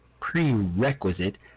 prerequisite